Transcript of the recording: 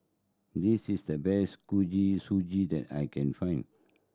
this is the best Suji that I can find